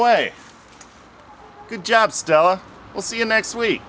way good job stella we'll see you next week